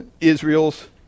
Israel's